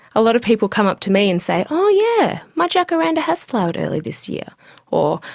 a lot of people come up to me and say, oh yeah, my jacaranda has flowered early this year or,